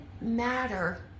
matter